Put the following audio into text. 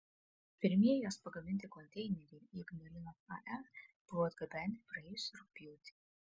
pirmieji jos pagaminti konteineriai į ignalinos ae buvo atgabenti praėjusį rugpjūtį